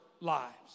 lives